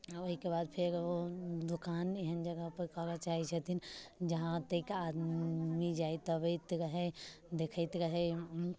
आ ओहिके बाद फेर ओ दोकान एहन जगह पर खोलऽ चाहैत छथिन जहाँ तक आदमी जाइत अबैत रहै देखैत रहै